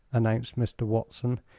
announced mr. watson,